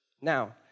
Now